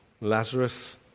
Lazarus